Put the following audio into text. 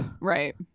right